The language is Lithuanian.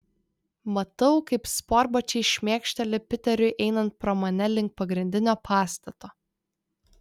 matau kaip sportbačiai šmėkšteli piteriui einant pro mane link pagrindinio pastato